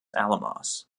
alamos